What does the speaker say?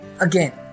again